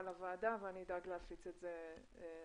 לוועדה ואני אדאג להפיץ את זה לחברים.